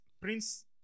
Prince